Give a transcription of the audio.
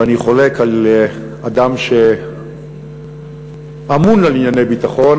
ואני חולק על אדם שאמון על ענייני ביטחון,